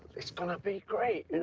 it's going to be great.